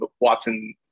Watson